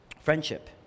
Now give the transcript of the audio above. friendship